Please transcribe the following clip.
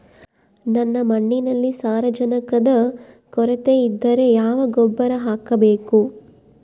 ನನ್ನ ಮಣ್ಣಿನಲ್ಲಿ ಸಾರಜನಕದ ಕೊರತೆ ಇದ್ದರೆ ಯಾವ ಗೊಬ್ಬರ ಹಾಕಬೇಕು?